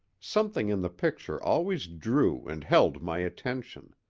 something in the picture always drew and held my attention.